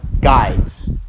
guides